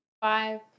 Five